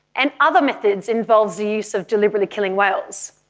and other methods involve the use of deliberately killing whales.